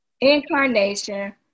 Incarnation